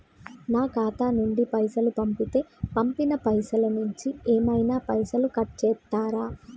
నా ఖాతా నుండి పైసలు పంపుతే పంపిన పైసల నుంచి ఏమైనా పైసలు కట్ చేత్తరా?